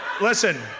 Listen